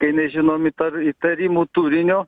kai nežinom įtari įtarimų turinio